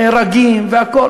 נהרגים וכו'.